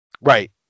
Right